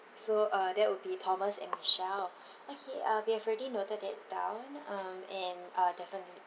so uh that would be thomas and michelle okay ah we have already noted that down um and uh definite